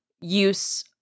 use